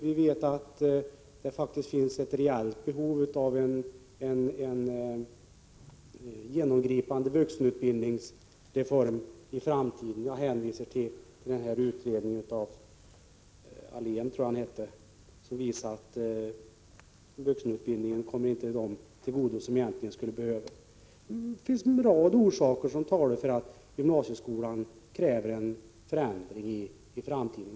Vi vet att det faktiskt finns ett reellt behov av en genomgripande vuxenutbildningsreform i framtiden — jag hänvisar till utredningen av Sune Ahlén, som visar att vuxenutbildningen inte kommer dem till godo som skulle behöva den. Det finns en rad förhållanden som talar för att det krävs förändringar av gymnasieskolan i framtiden.